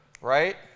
right